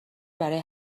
برای